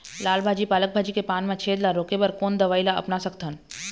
लाल भाजी पालक भाजी के पान मा छेद ला रोके बर कोन दवई ला अपना सकथन?